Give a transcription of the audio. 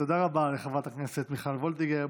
תודה רבה לחברת הכנסת מיכל וולדיגר.